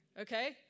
Okay